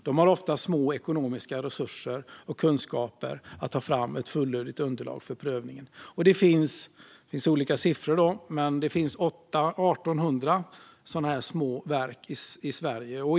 De har ofta små ekonomiska resurser och kunskaper att ta fram ett fullödigt underlag för prövningen. Siffrorna är lite olika, men det finns ungefär 1 800 sådana här små verk i Sverige.